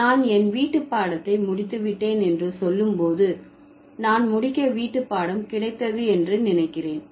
நான் என் வீட்டுப்பாடத்தை முடித்துவிட்டேன் என்று சொல்லும் போது நான் முடிக்க வீட்டுப்பாடம் கிடைத்தது என்று நினைக்கிறேன்